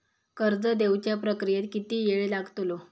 कर्ज देवच्या प्रक्रियेत किती येळ लागतलो?